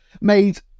made